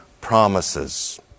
promises